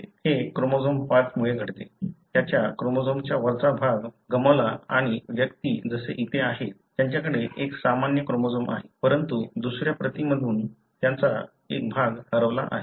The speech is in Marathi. हे क्रोमोझोम 5 मुळे घडते त्याच्या क्रोमोझोम्सचा वरचा भाग गमावला आणि व्यक्ती जसे इथे आहेत त्यांच्याकडे एक सामान्य क्रोमोझोम आहे परंतु दुसऱ्या प्रतीमधून त्याचा एक भाग हरवला आहे